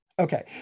Okay